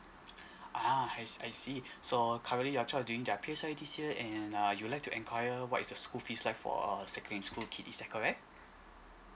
ah I I see so currently your child are doing their P_S_L_E here and uh you like to enquire what is the school fees like for a secondary school is that correct